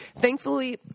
Thankfully